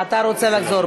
אתה רוצה לחזור?